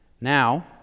Now